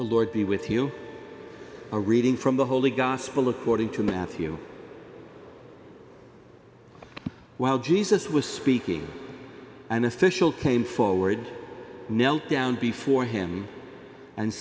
the lord be with you a reading from the holy gospel according to matthew while jesus was speaking an official came forward knelt down before him and